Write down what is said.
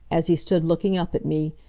as he stood looking up at me,